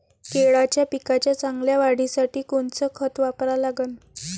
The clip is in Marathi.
केळाच्या पिकाच्या चांगल्या वाढीसाठी कोनचं खत वापरा लागन?